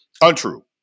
Untrue